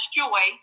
joy